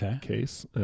case